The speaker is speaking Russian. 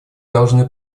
должны